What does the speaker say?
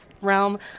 realm